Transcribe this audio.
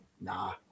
nah